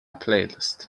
playlist